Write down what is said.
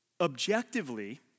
Objectively